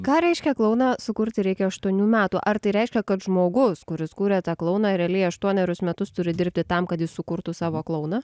ką reiškia klouną sukurti reikia aštuonių metų ar tai reiškia kad žmogus kuris kūrė tą klouną realiai aštuonerius metus turi dirbti tam kad jis sukurtų savo klouną